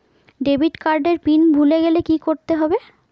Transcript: Debit card এর PIN ভুলে গেলে কি করতে হবে?